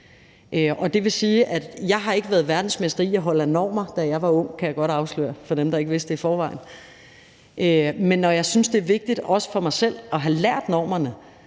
Jeg har ikke været verdensmester i at holde af normer, da jeg var ung, kan jeg godt afsløre for dem, der ikke vidste det i forvejen. Men jeg synes, det er vigtigt, også for mig selv, at have lært normerne.